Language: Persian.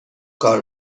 کار